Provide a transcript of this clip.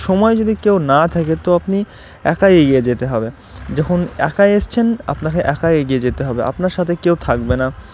সময় যদি কেউ না থাকে তো আপনি একাই এগিয়ে যেতে হবে যখন একাই এসেছেন আপনাকে একা এগিয়ে যেতে হবে আপনার সাথে কেউ থাকবে না